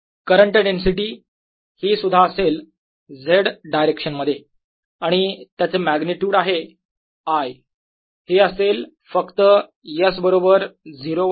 current density ही सुद्धा असेल Z डायरेक्शन मध्ये आणि त्याचे मॅग्निट्युड आहे I हे असेल फक्त S बरोबर 0 वर